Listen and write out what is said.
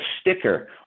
sticker